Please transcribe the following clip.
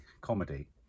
Comedy